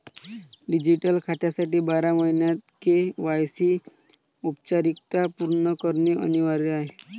digital खात्यासाठी बारा महिन्यांत के.वाय.सी औपचारिकता पूर्ण करणे अनिवार्य आहे